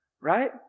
Right